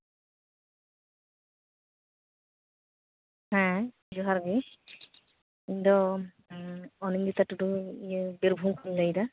ᱦᱮᱸ ᱡᱚᱦᱟᱨᱜᱮ ᱤᱧ ᱫᱚ ᱚᱱᱤᱱᱫᱤᱛᱟ ᱴᱩᱰᱩ ᱵᱤᱨᱵᱷᱩᱢ ᱠᱷᱚᱱᱤᱧ ᱞᱟᱹᱭᱫᱟ